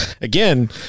again